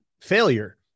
failure